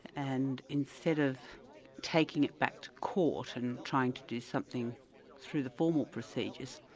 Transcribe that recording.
and instead of taking it back to court and trying to do something through the formal procedures,